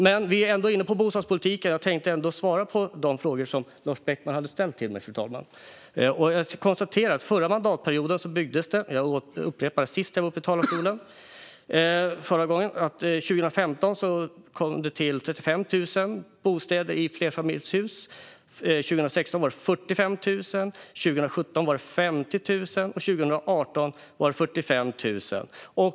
Men vi är ändå inne på bostadspolitik, och jag tänkte ändå svara på de frågor som Lars Beckman ställde. Jag upprepar vad jag sa om vad som byggdes under förra mandatperioden senast jag var uppe i talarstolen: Under 2015 tillkom 35 000 bostäder i flerfamiljshus, under 2016 var det 45 000, 2017 var det 50 000 och 2018 var det 45 000.